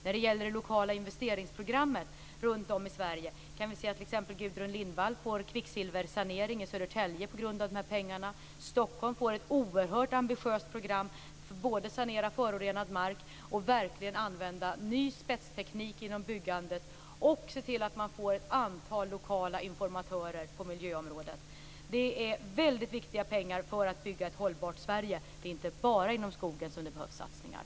När det gäller det lokala investeringsprogrammet runt om i Sverige kan vi se att t.ex. Gudrun Lindvall för de pengarna får kvicksilversanering i Södertälje. Stockholm får ett oerhört ambitiöst program både för att sanera förorenad mark och för att använda ny spetsteknik inom byggandet liksom för att få ett antal lokala informatörer på miljöområdet. Det är väldigt viktiga pengar för att bygga ett hållbart Sverige. Det är inte bara inom skogen som det behövs satsningar.